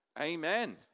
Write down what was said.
Amen